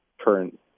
current